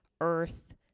earth